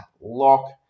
lock